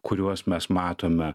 kuriuos mes matome